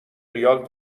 ریال